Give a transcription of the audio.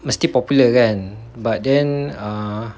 mesti popular kan but then err